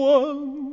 one